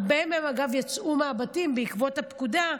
הרבה מהם אגב יצאו מהבתים בעקבות הפקודה,